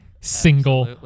single